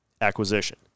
acquisition